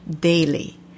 daily